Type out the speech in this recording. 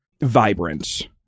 vibrant